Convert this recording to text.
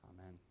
Amen